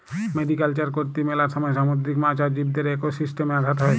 mariculture করত্যে মেলা সময় সামুদ্রিক মাছ আর জীবদের একোসিস্টেমে আঘাত হ্যয়